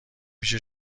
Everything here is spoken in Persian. پیش